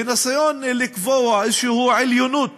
וניסיון לקבוע איזושהי עליונות